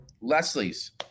Leslie's